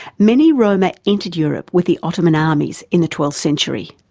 many roma entered europe with the ottoman armies in the twelfth century.